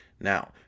Now